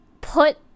put